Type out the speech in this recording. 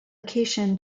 occasion